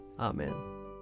Amen